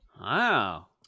Wow